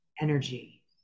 energy